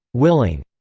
willing,